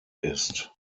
ist